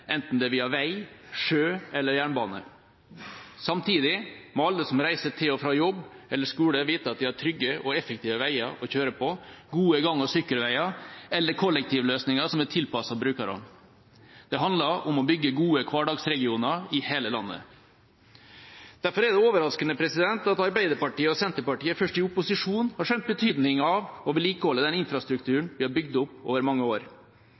enten det er via vei, sjø eller jernbane. Samtidig må alle som reiser til og fra jobb eller skole, vite at de har trygge og effektive veier å kjøre på, gode gang- og sykkelveier eller kollektivløsninger som er tilpasset brukerne. Det handler om å bygge gode hverdagsregioner i hele landet. Derfor er det overraskende at Arbeiderpartiet og Senterpartiet først i opposisjon har skjønt betydningen av å vedlikeholde den infrastrukturen vi har bygd opp over mange år.